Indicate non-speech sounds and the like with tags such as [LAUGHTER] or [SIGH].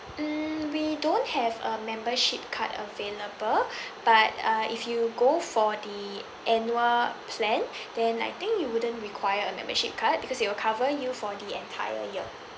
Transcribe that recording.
mm we don't have a membership card available [BREATH] but uh if you go for the annual plan then I think you wouldn't require a membership card because it will cover you for the entire year